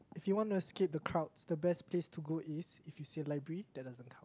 if you want to escape the crowds the best place to go is if you say library that doesn't count